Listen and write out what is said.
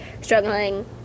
struggling